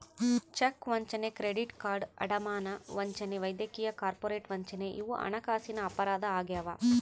check ವಂಚನೆ credit card ಅಡಮಾನ ವಂಚನೆ ವೈದ್ಯಕೀಯ ಕಾರ್ಪೊರೇಟ್ ವಂಚನೆ ಇವು ಹಣಕಾಸಿನ ಅಪರಾಧ ಆಗ್ಯಾವ